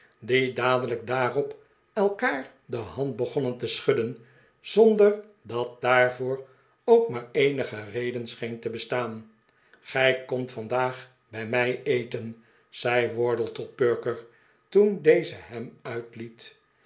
die dadelijk daarop elkaar de hand begonnen te schudden zonder dat daarvoor ook maar eenige reden scheen te bestaan gij komt vandaag bij mij eten zei wardle tot perker toen deze hem uitliet